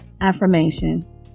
Affirmation